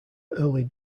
early